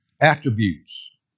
attributes